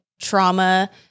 trauma